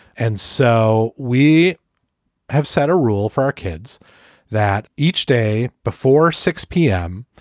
and so we have set a rule for our kids that each day before six p m,